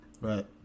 Right